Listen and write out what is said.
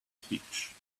speech